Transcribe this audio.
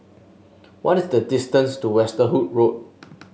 what is the distance to Westerhout Road